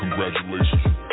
Congratulations